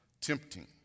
tempting